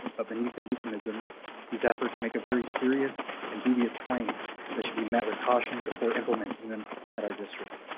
but beneath the euphemisms these efforts make a very serious and dubious claim that should be met with caution before implementing them at our district.